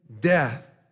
death